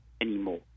anymore